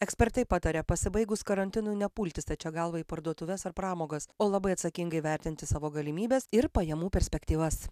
ekspertai pataria pasibaigus karantinui nepulti stačia galva į parduotuves ar pramogas o labai atsakingai vertinti savo galimybes ir pajamų perspektyvas